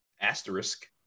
asterisk